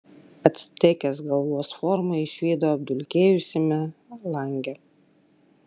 actekės galvos formą išvydo apdulkėjusiame lange